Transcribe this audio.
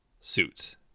suits